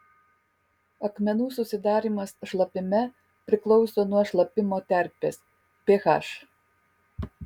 akmenų susidarymas šlapime priklauso nuo šlapimo terpės ph